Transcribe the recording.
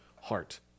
heart